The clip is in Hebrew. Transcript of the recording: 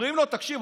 ואומרים לו: תקשיב,